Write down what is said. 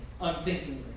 unthinkingly